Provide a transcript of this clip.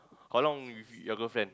how long you with your girlfriend